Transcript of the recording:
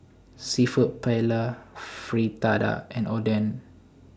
Seafood Paella Fritada and Oden